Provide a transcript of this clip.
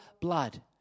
blood